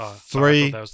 Three